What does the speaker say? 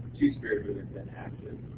two-spirit movement active?